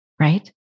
right